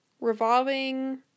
revolving